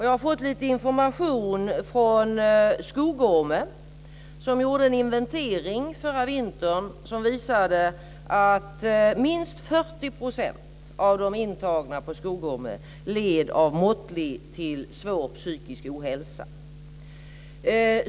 Jag har fått lite information från Skogome. Man gjorde en inventering förra vintern som visade att minst 40 % av de intagna på Skogome led av måttlig till svår psykisk ohälsa.